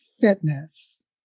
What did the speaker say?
fitness